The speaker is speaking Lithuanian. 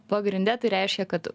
pagrinde tai reiškia kad